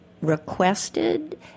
requested